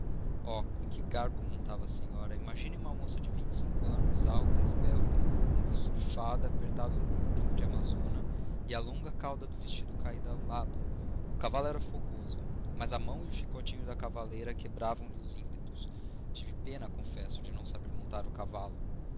com que garbo montava a senhora imaginem uma moça de vinte e cinco anos alta esbelta um busto de fada apertado no corpinho de amazona e a longa cauda do vestido caída a um lado o cavalo era fogoso mas a mão e o chicotinho da cavaleira quebravam lhe os ímpetos tive pena confesso de não saber montar a cavalo